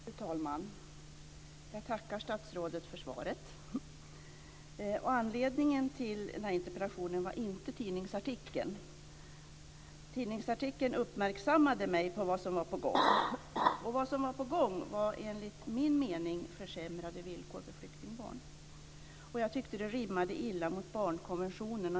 Fru talman! Jag tackar statsrådet för svaret. Anledningen till interpellationen var inte tidningsartikeln. Den uppmärksammade mig på vad som var på gång, och enligt min mening var det försämrade villkor för flyktingbarn. Jag tyckte att det rimmade illa med barnkonventionen.